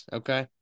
okay